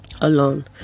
alone